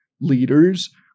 leaders